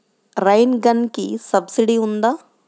Rain గన్కి subsidy ఉందా?